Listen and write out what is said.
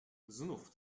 znów